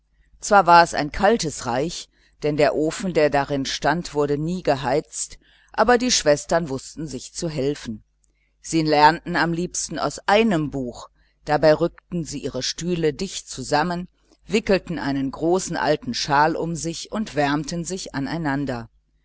zwar war es ein kaltes reich denn der ofen der darin stand wurde nie geheizt aber die schwestern wußten sich zu helfen sie lernten am liebsten aus einem buch dabei rückten sie ihre stühle dicht zusammen wickelten einen großen alten schal um sich und wärmten sich aneinander